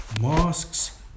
mosques